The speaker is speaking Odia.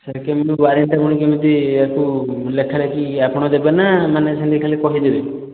ସେଇ କେମିତି ୱାରେଣ୍ଟୀଟା ପୁଣି କେମିତି ତାକୁ ଲେଖା ଲେଖି ଆପଣ ଦେବେନା ନା ମାନେ ସେମିତି ଖାଲି କହିଦେବେ